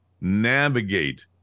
navigate